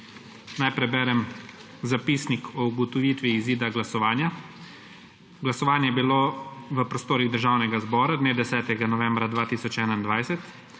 Naj preberem zapisnik o ugotovitvi izida glasovanja: Glasovanje je bilo v prostorih Državnega zbora dne 10. novembra 2021.